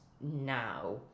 now